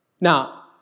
Now